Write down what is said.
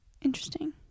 Interesting